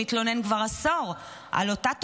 שמתלונן כבר עשור על אותה תופעה,